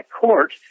court